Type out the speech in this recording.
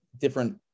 different